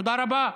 תודה רבה,